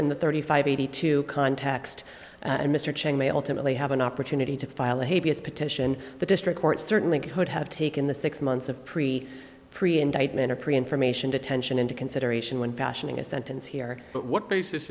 in the thirty five eighty two context and mr chen may ultimately have an opportunity to file a petition the district court certainly could have taken the six months of pre pre indictment or pre information detention into consideration when fashioning a sentence here but what basis